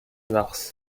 mars